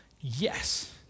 Yes